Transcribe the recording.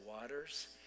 waters